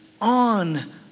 on